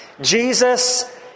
Jesus